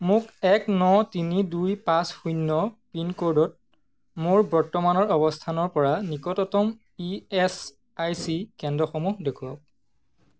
মোক এক ন তিনি দুই পাঁচ শূন্য পিনক'ডত মোৰ বৰ্তমানৰ অৱস্থানৰপৰা নিকটতম ই এছ আই চি কেন্দ্ৰসমূহ দেখুৱাওক